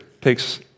takes